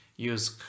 use